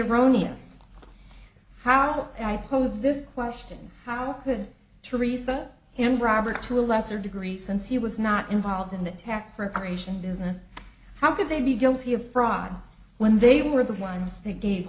erroneous how i posed this question how could teresa and robert to a lesser degree since he was not involved in the tax preparation business how could they be guilty of fraud when they were the ones they gave